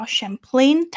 Champlain